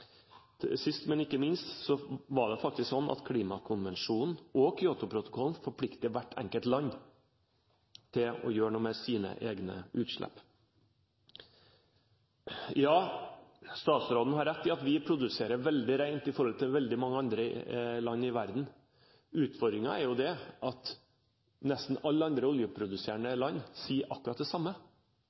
Sist, men ikke minst, var det faktisk sånn at Klimakonvensjonen og Kyotoprotokollen forpliktet hvert enkelt land til å gjøre noe med sine egne utslipp. Ja, statsråden har rett i at vi produserer veldig rent i forhold til veldig mange andre land i verden. Utfordringen er at nesten alle andre oljeproduserende land sier akkurat det samme.